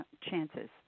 chances